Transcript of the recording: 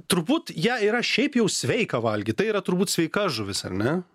turbūt ją yra šiaip jau sveika valgyt tai yra turbūt sveika žuvis ar ne